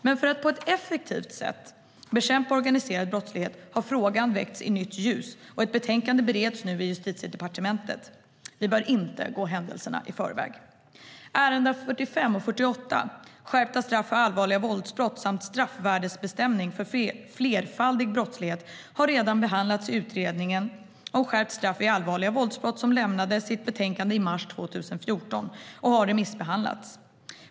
Men för att på ett effektivt sätt bekämpa organiserad brottslighet har frågan väckts i nytt ljus, och ett betänkande bereds nu i Justitiedepartementet. Vi bör inte gå händelserna i förväg. Punkterna 45 och 48 om skärpta straff för allvarliga våldsbrott samt straffvärdesbestämning vid flerfaldig brottslighet har redan behandlats i utredningen om skärpta straff vid allvarliga våldsbrott, som lämnade sitt betänkande i mars 2014. Det har remissbehandlats.